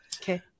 Okay